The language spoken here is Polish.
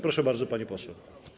Proszę bardzo, pani poseł.